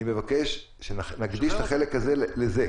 אני מבקש שנקדיש את החלק הזה לזה,